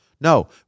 No